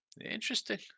Interesting